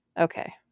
Okay